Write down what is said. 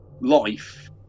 life